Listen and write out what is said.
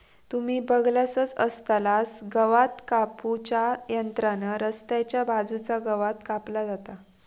तुम्ही बगलासच आसतलास गवात कापू च्या यंत्रान रस्त्याच्या बाजूचा गवात कापला जाता